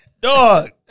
Dog